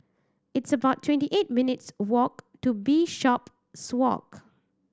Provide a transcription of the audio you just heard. it's about twenty eight minutes' walk to Bishopswalk